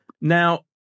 now